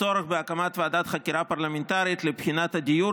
הצורך בהקמת ועדת חקירה פרלמנטרית לבחינת פתרונות הדיור